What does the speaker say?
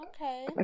Okay